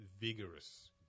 vigorous